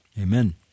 Amen